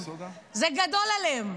זה גדול עליהם.